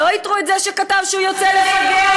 שלא איתרו את זה שכתב שהוא יוצא לפגע?